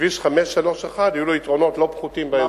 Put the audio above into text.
וכביש 531 יהיו לו יתרונות לא פחותים באזור ההוא.